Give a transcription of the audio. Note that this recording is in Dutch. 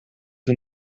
een